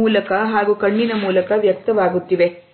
ಮೂಲಕ ಹಾಗೂ ಕಣ್ಣಿನ ಮೂಲಕ ವ್ಯಕ್ತವಾಗುತ್ತಿವೆ